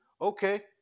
Okay